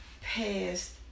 past